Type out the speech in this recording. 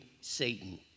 Satan